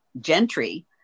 gentry